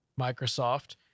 Microsoft